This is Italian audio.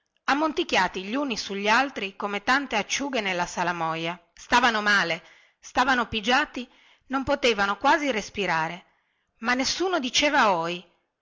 ammonticchiati gli uni sugli altri come tante acciughe nella salamoia stavano male stavano pigiati non potevano quasi respirare ma nessuno diceva ohi